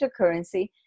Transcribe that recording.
cryptocurrency